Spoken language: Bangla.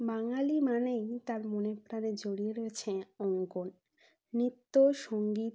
বাঙালি মানেই তার মনে প্রাণে জড়িয়ে রয়েছে অঙ্কন নৃত্য সঙ্গীত